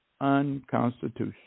unconstitutional